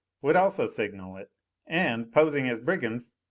would also signal it and, posing as brigands,